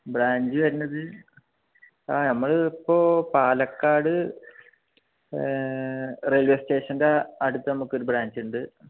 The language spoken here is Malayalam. ബ്രാഞ്ച് വരുന്നത് ആ നമ്മൾ ഇപ്പോൾ പാലക്കാട് റെയിൽവേ സ്റ്റേഷൻ്റെ അടുത്ത് നമുക്കൊരു ബ്രാഞ്ച് ഉണ്ട്